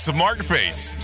Smartface